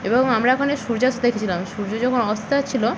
এবং আমরা ওখানে সূর্যাস্ত দেখেছিলাম সূর্য যখন অস্ত যাচ্ছিল